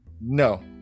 no